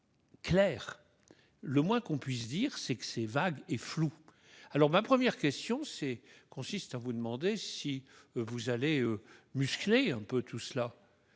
Claire. Le moins qu'on puisse dire c'est que c'est vague et flou. Alors ma première question c'est consiste à vous demander si vous allez muscler un peu tout cela.